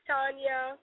Tanya